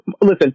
Listen